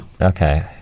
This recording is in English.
okay